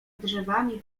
drzewami